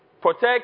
Protect